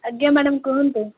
ଆଜ୍ଞା ମ୍ୟାଡ଼ାମ୍ କୁହନ୍ତୁ